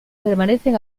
permanecen